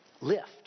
lift